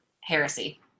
heresy